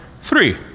three